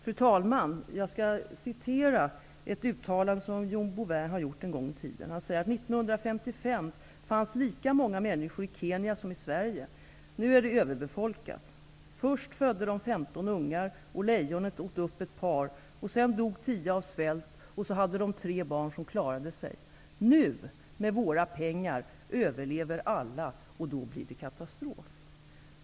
Fru talman! Jag skall citera ett uttalande som John Bouvin har gjort en gång i tiden: 1955 fanns lika många människor i Kenya som i Sverige. Nu är det överbefolkat. Först födde de 15 ungar. Lejonet åt upp ett par. Sedan dog 10 av svält, och så hade de tre barn som klarade sig. Nu, med våra pengar, överlever alla, och då blir det katastrof.